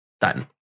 done